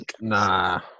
Nah